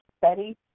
study